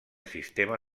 sistema